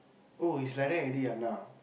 oh is like that already ah now